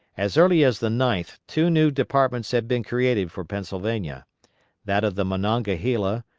as early as the ninth two new departments had been created for pennsylvania that of the monongahela,